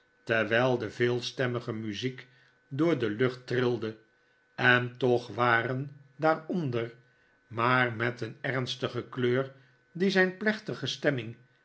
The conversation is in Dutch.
terwijl de veelstemmige muziek door de lucht trilde en toch waren daaronder maar met een ernstige kleur die zijn plechtige stemming